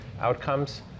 outcomes